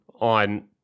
on